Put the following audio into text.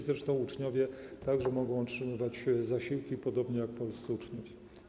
Zresztą uczniowie także mogą otrzymywać zasiłki, podobnie jak polscy uczniowie.